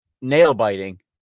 nail-biting